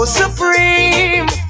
supreme